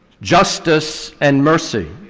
justice and mercy,